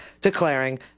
declaring